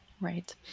Right